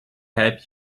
help